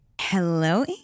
Hello